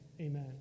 Amen